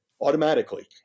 automatically